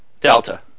Delta